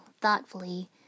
thoughtfully